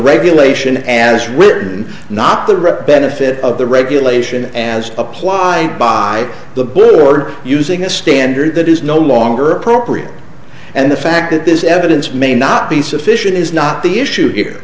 regulation as written not the rep benefit of the regulation as applied by the blue water using a standard that is no longer appropriate and the fact that this evidence may not be sufficient is not the issue here